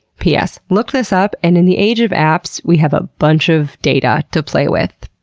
p s. looked this up, and in the age of apps, we have a bunch of data to play with,